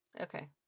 Okay